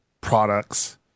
products